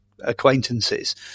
acquaintances